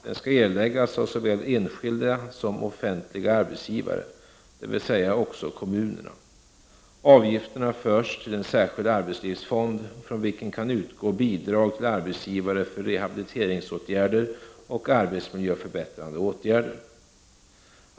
Den skall erläggas av såväl enskilda som offentliga arbetsgivare, dvs. också kommunerna. Avgifterna förs till en särskild arbetslivsfond, från vilken kan utgå bidrag till arbetsgivare för rehabiliteringsåtgärder och arbetsmiljöförbättrande åtgärder.